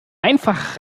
einfach